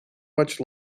much